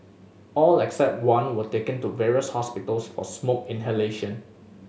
all except one were taken to various hospitals for smoke inhalation